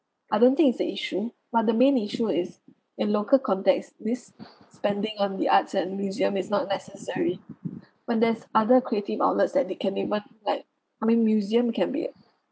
I don't think is the issue but the main issue is in local context this spending on the arts and museum is not necessary when there's other creative outlets that they can demand like I mean museum can be a